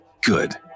Good